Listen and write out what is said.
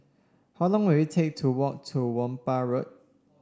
how long will it take to walk to Whampoa Road